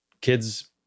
kids